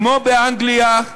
כמו באנגליה,